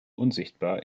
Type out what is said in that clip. unsichtbar